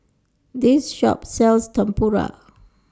This Shop sells Tempura